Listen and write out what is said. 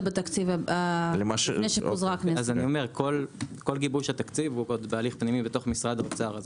כל גיבוש התקציב הוא בהליך פנימי במשרד האוצר.